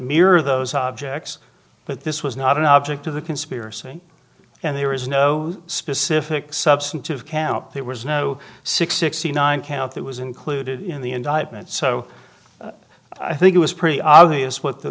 mirror those objects but this was not an object to the conspiracy and there is no specific substantive camp there was no six sixty nine count that was included in the indictment so i think it was pretty obvious what th